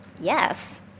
yes